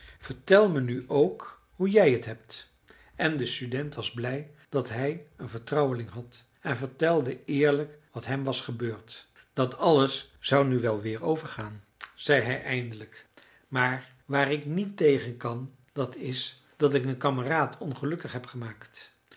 vertel me nu ook hoe jij het hebt en de student was blij dat hij een vertrouweling had en vertelde eerlijk wat hem was gebeurd dat alles zou nu wel weer overgaan zei hij eindelijk maar waar ik niet tegen kan dat is dat ik een kameraad ongelukkig heb gemaakt